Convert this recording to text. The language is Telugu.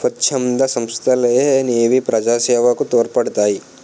స్వచ్ఛంద సంస్థలనేవి ప్రజాసేవకు తోడ్పడతాయి